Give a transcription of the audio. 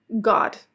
god